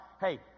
Hey